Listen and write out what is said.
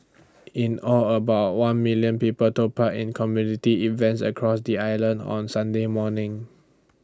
in all about one million people took part in community events across the island on Sunday morning